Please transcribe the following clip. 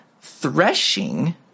threshing